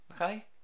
Okay